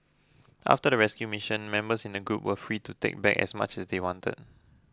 after the rescue mission members in the group were free to take back as much as they wanted